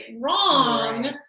wrong